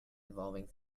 involving